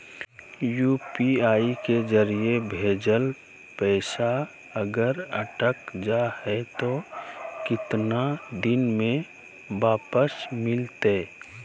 UPI के जरिए भजेल पैसा अगर अटक जा है तो कितना दिन में वापस मिलते?